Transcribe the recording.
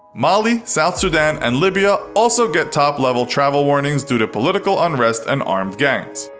mali, south sudan and libya also get top level travel warnings due to political unrest and armed gangs.